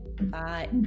Bye